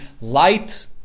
light